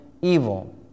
evil